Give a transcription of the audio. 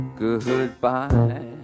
goodbye